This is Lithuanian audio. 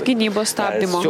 gynybos stabdymo